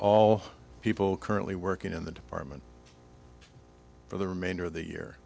all people currently working in the department for the remainder of the year